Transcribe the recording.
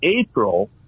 April